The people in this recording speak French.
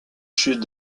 chute